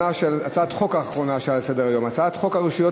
הצעת החוק האחרונה שעל סדר-היום, הצעת חוק הרשויות